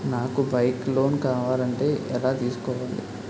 నాకు bike loan కావాలంటే ఎలా తీసుకోవాలి?